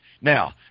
Now